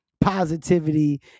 positivity